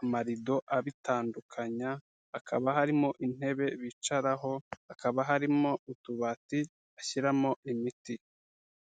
amarido abitandukanya, hakaba harimo intebe bicaraho, hakaba harimo utubati bashyiramo imiti.